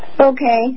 Okay